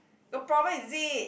got problem is it